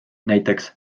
näiteks